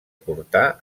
portar